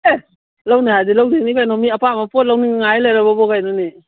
ꯑꯦ ꯂꯧꯅꯤ ꯍꯥꯏꯔꯗꯤ ꯂꯧꯗꯣꯏꯅꯤ ꯀꯩꯅꯣ ꯃꯤ ꯑꯄꯥꯝꯕ ꯄꯣꯠ ꯂꯧꯅꯤꯡꯂ ꯉꯥꯏ ꯂꯩꯔꯕꯣꯕꯨ ꯀꯩꯅꯣꯅꯦ